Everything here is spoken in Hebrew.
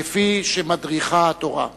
כפי שמדריכה התורה: